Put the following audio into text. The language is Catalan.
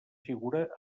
figura